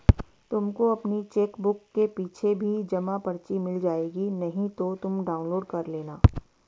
तुमको अपनी चेकबुक के पीछे भी जमा पर्ची मिल जाएगी नहीं तो तुम डाउनलोड कर लेना